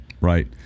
Right